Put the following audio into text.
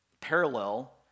parallel